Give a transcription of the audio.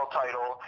title